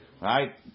right